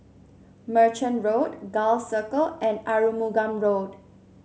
Merchant Road Gul Circle and Arumugam Road